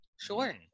sure